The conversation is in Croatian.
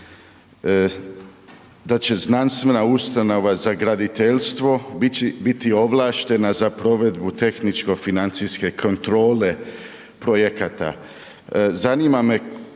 da će znanstvena ustanova za graditeljstvo biti ovlaštena za provedbu tehničko-financijske kontrole projekata. Zanima me